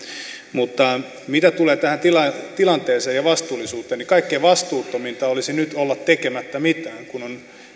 mitä tulee tähän tilanteeseen tilanteeseen ja vastuullisuuteen niin kaikkein vastuuttominta olisi nyt olla tekemättä mitään on